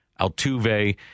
Altuve